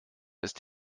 ist